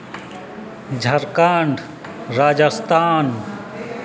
Jharkhand Rajasthan